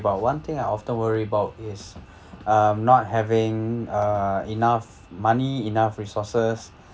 about one thing I often worry about is um not having uh enough money enough resources